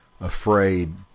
afraid